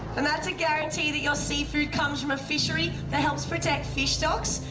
and that's a guarantee that your seafood comes from a fishery that helps protect fish stocks,